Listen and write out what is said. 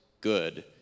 good